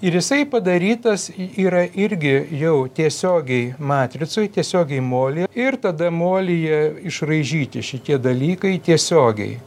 ir jisai padarytas yra irgi jau tiesiogiai matricoj tiesiogiai molyje ir tada molyje išraižyti šitie dalykai tiesiogiai